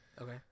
Okay